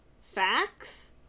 facts